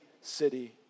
city